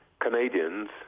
Canadians